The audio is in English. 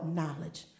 knowledge